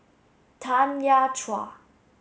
Tanya Chua